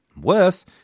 Worse